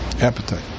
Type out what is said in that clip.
appetite